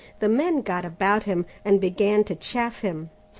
the men got about him, and began to chaff him.